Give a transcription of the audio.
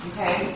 Okay